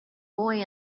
boy